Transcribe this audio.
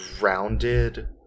rounded